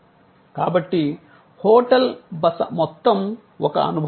కాబట్టి హోటల్ బస మొత్తం ఒక అనుభవం